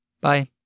Bye